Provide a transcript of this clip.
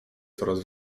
coraz